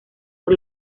por